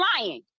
lying